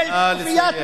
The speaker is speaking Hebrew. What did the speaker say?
נא לסיים.